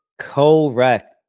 correct